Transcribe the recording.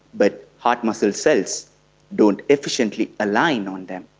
but heart muscle cells don't efficiently aligned on them,